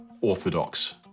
orthodox